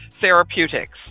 therapeutics